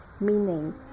meaning